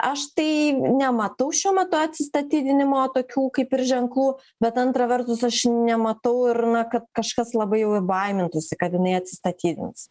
aš tai nematau šiuo metu atsistatydinimo tokių kaip ir ženklų bet antra vertus aš nematau ir na kad kažkas labai jau ir baimintųsi kad jinai atstatydins